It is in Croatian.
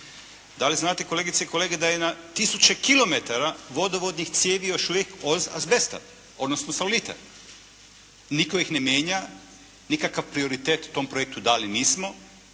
Da li znate kolegice i kolege da i na tisuće kilometara vodovodnih cijevi još uvijek od azbesta, odnosno salonita. Nitko ih ne mijenja. Nikakav prioritet tom projektu dali nismo.